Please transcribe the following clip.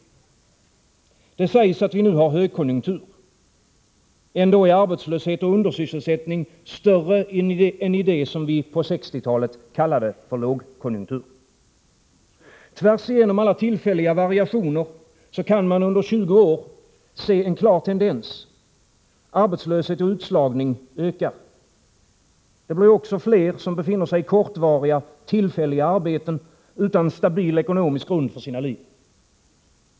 Det sägs att vi nu har högkonjunktur. Ändå är arbetslöshet och undersysselsättning större än i det som vi på 1960-talet kallade lågkonjunktur. Tvärsigenom alla tillfälliga variationer kan man under 20 år se en klar tendens. Arbetslöshet och utslagning ökar. Det blir också fler som befinner sig i kortvariga, tillfälliga arbeten utan stabil ekonomisk grund för sina liv.